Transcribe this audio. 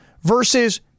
versus